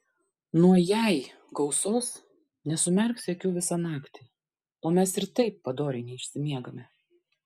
nuo jei gausos nesumerksi akių visą naktį o mes ir taip padoriai neišsimiegame